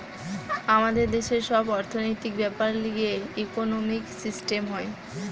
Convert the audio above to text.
আমাদের দেশের সব অর্থনৈতিক বেপার লিয়ে ইকোনোমিক সিস্টেম হয়